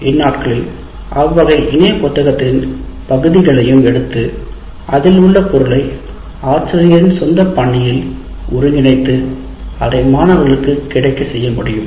இந்நாட்களில் அவ்வகை இணைய புத்தகத்தின் பகுதிகளையும் எடுத்து அதில் உள்ள பொருளை ஆசிரியரின் சொந்த பாணியில் ஒருங்கிணைத்து அதை மாணவர்களுக்குக் கிடைக்கச் செய்ய முடியும்